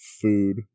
food